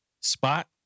spot